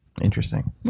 Interesting